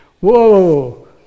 whoa